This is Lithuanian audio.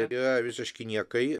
yra visiški niekai